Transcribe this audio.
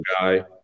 guy